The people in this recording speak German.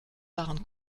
waren